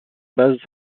bases